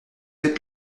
êtes